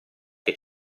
che